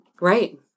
Right